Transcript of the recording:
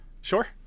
Sure